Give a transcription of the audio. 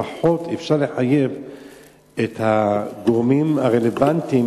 לפחות אפשר לחייב את הגורמים הרלוונטיים,